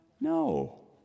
no